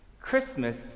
Christmas